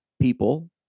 people